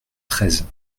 treize